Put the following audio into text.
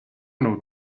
know